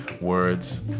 Words